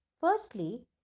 Firstly